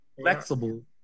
Flexible